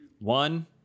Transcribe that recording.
one